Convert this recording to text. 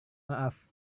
maaf